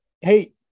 hey